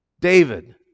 David